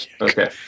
Okay